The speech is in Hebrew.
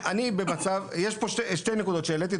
אני במצב, יש פה שתי נקודות שהעליתי.